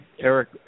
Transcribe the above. Eric